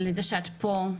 על איזה שאת פה,